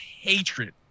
hatred